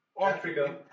Africa